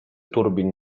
turbin